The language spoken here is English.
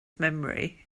memory